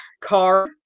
car